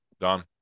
Don